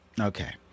Okay